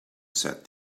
said